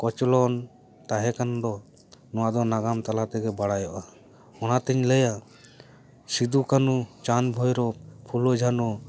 ᱠᱚᱪᱚᱞᱚᱱ ᱛᱟᱦᱮᱸ ᱠᱟᱱᱫᱚ ᱱᱚᱣᱟᱫᱚ ᱱᱟᱜᱟᱢ ᱛᱟᱞᱟ ᱛᱮᱜᱮ ᱵᱟᱲᱟᱭᱚᱜᱼᱟ ᱚᱱᱟ ᱛᱤᱧ ᱞᱟᱹᱭᱟ ᱥᱤᱫᱩ ᱠᱟᱹᱱᱩ ᱪᱟᱸᱫ ᱵᱷᱳᱹᱨᱳᱵ ᱯᱷᱩᱞᱳ ᱡᱷᱟᱱᱚ